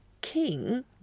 king